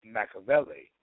Machiavelli